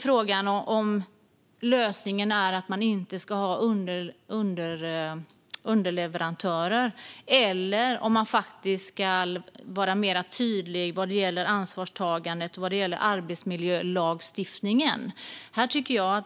Är lösningen att inte ha underleverantörer eller att vara mer tydlig i fråga om ansvarstagande och arbetsmiljölagstiftningen?